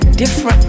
Different